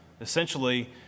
essentially